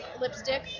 lipstick